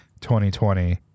2020